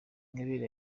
ingabire